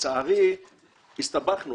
לצערי הסתבכנו.